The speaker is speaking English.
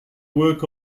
work